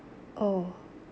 oh